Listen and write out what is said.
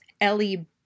Ellie